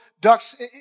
ducks